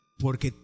Porque